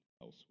elsewhere